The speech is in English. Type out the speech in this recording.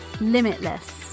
limitless